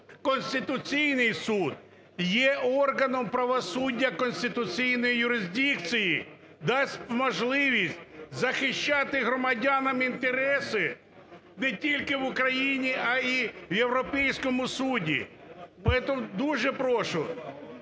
Конституційний Суд є органом правосуддя конституційної юрисдикції, дасть можливість захищати громадянам інтереси не тільки в Україні, а і в Європейському Суді. Тому дуже прошу